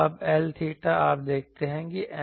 अब L𝚹 आप देखते हैं Ms